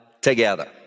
together